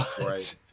Right